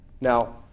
Now